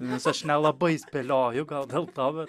nes aš nelabai spėlioju gal dėl to bet